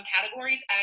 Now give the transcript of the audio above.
categories